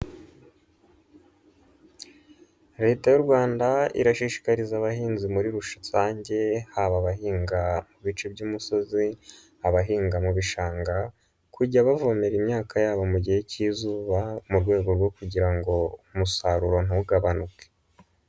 Leta y'u Rwanda irashishikariza abahinzi muri rusange, haba abahinga mu bice by'umusozi, abahinga mu bishanga, kujya bavomera imyaka yabo mu gihe k'izuba mu rwego rwo kugira ngo umusaruro ntugabanuke.